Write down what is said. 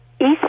east